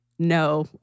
No